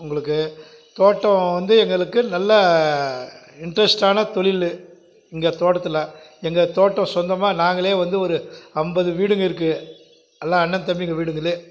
உங்களுக்கு தோட்டம் வந்து எங்களுக்கு நல்ல இன்ட்ரஸ்ட்டான தொழிலு இங்கே தோட்டத்தில் எங்கள் தோட்டம் சொந்தமாக நாங்களே வந்து ஒரு ஐம்பது வீடுங்கள் இருக்குது எல்லாம் அண்ணன் தம்பி வீடுங்களே